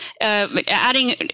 adding